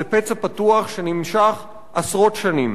היא פצע פתוח שנמשך עשרות שנים.